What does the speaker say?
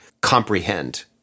comprehend